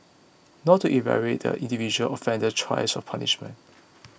not to evaluate the individual offender's choice of punishment